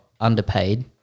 underpaid